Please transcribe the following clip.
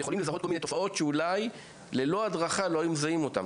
יכולים לזהות כל מיני תופעות שאולי ללא הדרכה לא היו יכולים לזהות.